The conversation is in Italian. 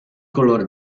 color